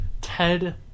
Ted